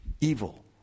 evil